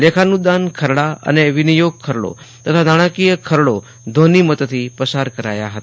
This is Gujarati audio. લેખાનુદાન ખરડા અને વિનિયોગ ખરડો તથા નાણાકીય ખરડો ધ્વનિમતતી પસાર કરાયા હતા